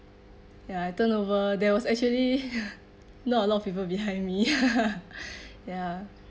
ya I turnover there was actually not a lot of people behind me ya